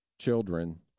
children